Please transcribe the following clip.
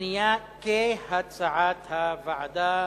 שנייה כהצעת הוועדה.